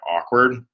awkward